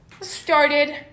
started